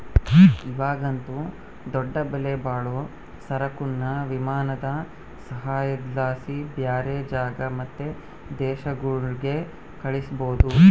ಇವಾಗಂತೂ ದೊಡ್ಡ ಬೆಲೆಬಾಳೋ ಸರಕುನ್ನ ವಿಮಾನದ ಸಹಾಯುದ್ಲಾಸಿ ಬ್ಯಾರೆ ಜಾಗ ಮತ್ತೆ ದೇಶಗುಳ್ಗೆ ಕಳಿಸ್ಬೋದು